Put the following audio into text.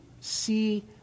see